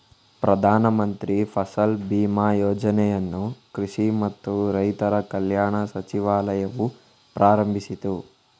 ಪ್ರಧಾನ ಮಂತ್ರಿ ಫಸಲ್ ಬಿಮಾ ಯೋಜನೆಯನ್ನು ಕೃಷಿ ಮತ್ತು ರೈತರ ಕಲ್ಯಾಣ ಸಚಿವಾಲಯವು ಪ್ರಾರಂಭಿಸಿತು